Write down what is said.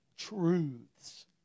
Truths